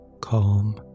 Calm